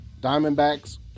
Diamondbacks